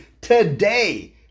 today